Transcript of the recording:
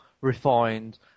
refined